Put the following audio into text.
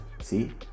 See